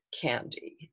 candy